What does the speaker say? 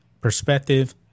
perspective